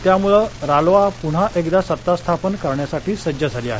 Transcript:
त्यामुळे रालोआ पृन्हा एकदा सत्ता स्थापन करण्यासाठी सज्ज झाली आहे